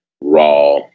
raw